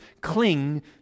cling